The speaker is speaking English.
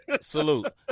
Salute